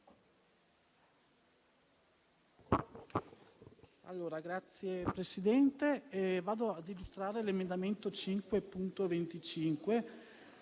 Signor Presidente, vado ad illustrare l'emendamento 5.25,